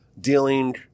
dealing